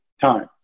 time